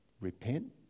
repent